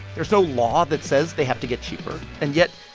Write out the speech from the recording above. there's no law that says they have to get cheaper. and yet,